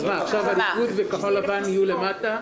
אז מה, עכשיו הליכוד וכחול לבן יהיו למטה?